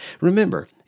Remember